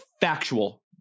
factual